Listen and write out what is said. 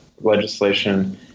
legislation